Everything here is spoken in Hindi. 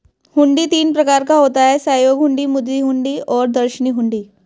हुंडी तीन प्रकार का होता है सहयोग हुंडी, मुद्दती हुंडी और दर्शनी हुंडी